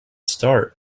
start